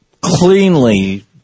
cleanly